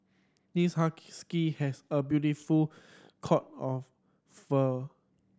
this has a beautiful coat of fur